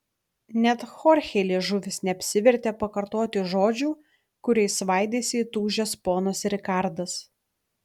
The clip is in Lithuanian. net chorchei liežuvis neapsivertė pakartoti žodžių kuriais svaidėsi įtūžęs ponas rikardas